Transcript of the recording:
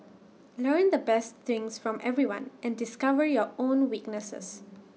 learn the best things from everyone and discover your own weaknesses